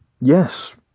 yes